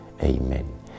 Amen